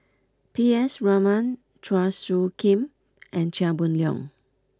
P S Raman Chua Soo Khim and Chia Boon Leong